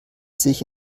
sich